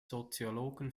soziologen